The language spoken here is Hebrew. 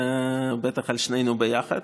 בטח של שנינו ביחד.